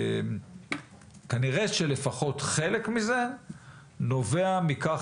כנראה שלפחות חלק מזה נובע מכך